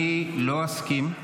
אני אומר